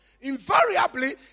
Invariably